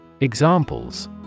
Examples